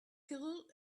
kill